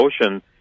Ocean